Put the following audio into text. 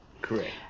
Correct